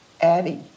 Addie